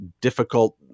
difficult